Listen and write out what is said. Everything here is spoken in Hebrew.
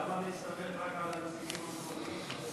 למה להסתמך רק על הנציגים המקומיים?